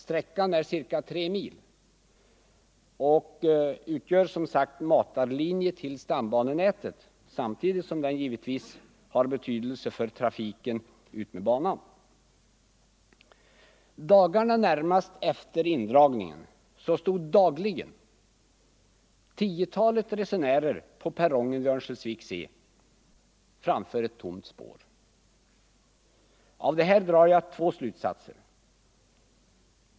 Bandelen är ca 3 mil lång och utgör som sagt matarlinje till stambannätet, samtidigt som den givetvis har be 45 tydelse för trafiken på denna sträcka. Dagarna efter indragningen stod dagligen tiotalet resenärer på perrongen vid Örnsköldsvik C framför ett tomt spår. Av detta drar jag två slutsatser.